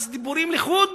אז דיבורים לחוד